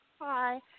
Hi